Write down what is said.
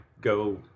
go